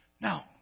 Now